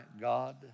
God